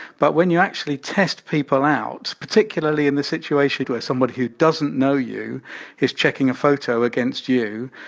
but when you actually test people out, particularly in this situation where somebody who doesn't know you is checking a photo against you,